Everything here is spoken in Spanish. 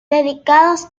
dedicados